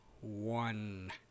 one